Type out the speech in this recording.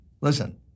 Listen